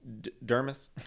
dermis